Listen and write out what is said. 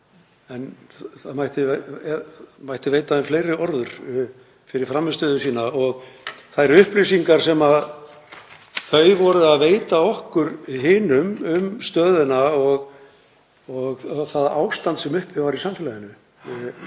en það mætti veita þeim fleiri orður fyrir frammistöðu sína og þær upplýsingar sem þau veittu okkur hinum um stöðuna og það ástand sem uppi var í samfélaginu.